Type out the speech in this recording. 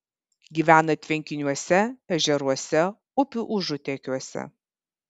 gyvena tvenkiniuose ežeruose upių užutėkiuose